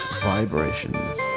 vibrations